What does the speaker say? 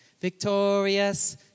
Victorious